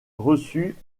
reçut